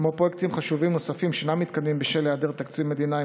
כמו פרויקטים חשובים נוספים שאינם מתקדמים בשל היעדר תקציב מדינה,